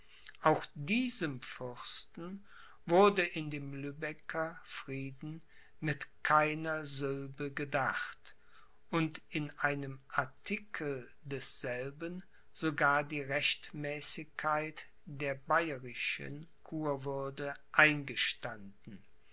auch diesem fürsten wurde in dem lübecker frieden mit keiner sylbe gedacht und in einem artikel desselben sogar die rechtmäßigkeit der bayerischen kurwürde eingestanden